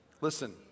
Listen